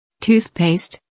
Toothpaste